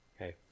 Okay